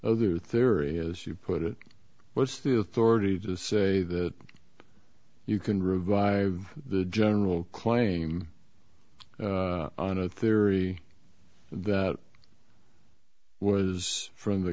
other theory as you put it what's the authority to say that you can revive the general claim on a theory that was from the